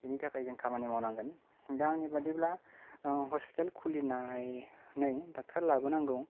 बिनि थाखाय जों खामानि मावनांगोन दा आंनि बादिब्ला हस्पिताल खुलिनानै डक्टर लाबोनांगौ